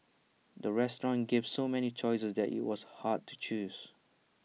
the restaurant gave so many choices that IT was hard to choose